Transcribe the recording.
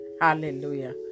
Hallelujah